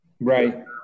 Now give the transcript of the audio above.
Right